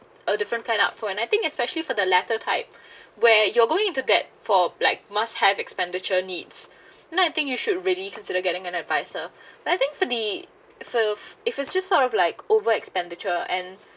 a different plan out for an I think especially for the latter type where you're going into that for black must have expenditure needs then I think you should really consider getting an advisor but I think for the filth~ if it just sort of like over expenditure and